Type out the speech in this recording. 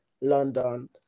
london